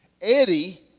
Eddie